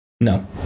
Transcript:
no